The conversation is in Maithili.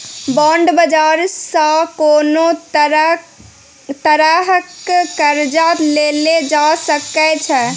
बांड बाजार सँ कोनो तरहक कर्जा लेल जा सकै छै